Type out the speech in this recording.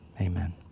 Amen